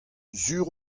sur